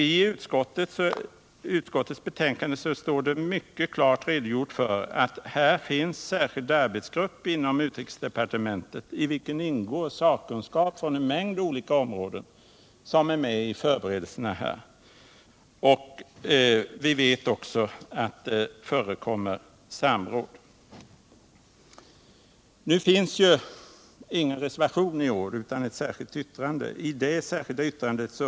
I utskottets betänkande står det mycket klart att här finns en särskild arbetsgrupp inom utrikesdepartementet i vilken ingår sakkunskap från en mängd olika ömråden som är med i förberedelserna. Vi vet också att det förekommer samråd. Nu finns det ingen reservation vid årets betänkande, men i stället har ett särskilt yttrande avgivits.